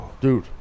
dude